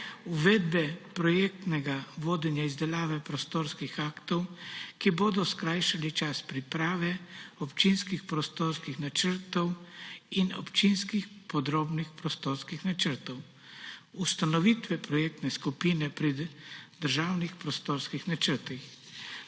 uvedbe projektnega vodenja izdelave prostorskih aktov, ki bodo skrajšali čas priprave občinskih prostorskih načrtov in občinskih podrobnih prostorskih načrtov, ustanovitve projektne skupine pri državnih prostorskih načrtih,